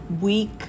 week